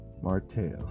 Martell